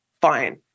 fine